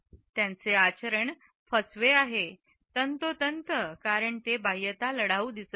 त्याचे आचरण फसवे आहे तंतोतंत कारण ते बाह्यतः लढाऊ दिसत नाही